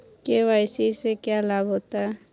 KYC से क्या लाभ होता है?